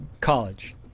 College